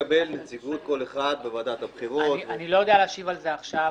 לקבל נציגות בוועדת הבחירות --- אני לא יודע להשיב על זה עכשיו,